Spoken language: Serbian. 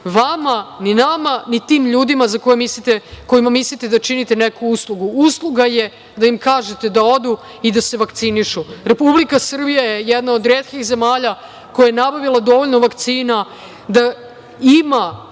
vama, ni nama, ni tim ljudima kojima mislite da činite neku uslugu. Usluga je da im kažete da odu i da se vakcinišu. Republika Srbija je jedna od retkih zemalja koja je nabavila dovoljno vakcina da ima